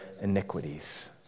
iniquities